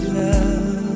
love